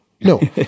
no